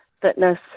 fitness